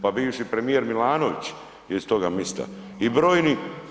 Pa bivši premijer Milanović je iz toga mista i brojni…